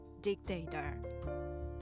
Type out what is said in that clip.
dictator